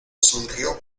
sonrió